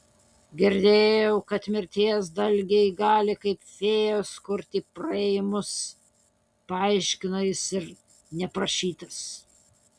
girdėjau kad mirties dalgiai gali kaip fėjos kurti praėjimus paaiškina jis neprašytas